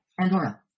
Andorra